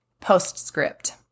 Postscript